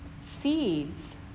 seeds